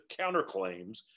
counterclaims